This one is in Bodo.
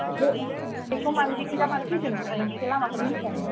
बेखौ मानो बिदिब्ला मानो फैखो नोङो नोंनि लामाखौ मिन्थिया नामा